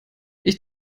ich